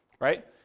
right